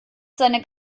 seine